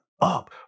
up